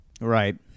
Right